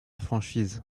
franchise